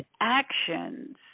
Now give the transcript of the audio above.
actions